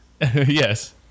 Yes